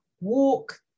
walk